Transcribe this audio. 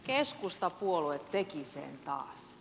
keskustapuolue teki sen taas